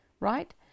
right